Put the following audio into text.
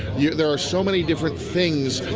yeah there are so many different things,